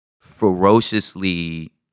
ferociously